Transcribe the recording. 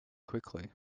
quickly